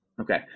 Okay